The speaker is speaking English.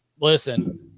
Listen